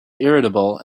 irritable